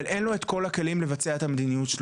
אבל אין לו את כל הכלים לבצע את המדיניות שלו.